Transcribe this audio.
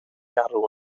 garw